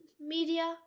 media